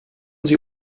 sie